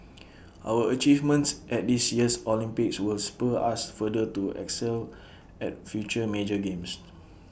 our achievements at this year's Olympics will spur us further to excel at future major games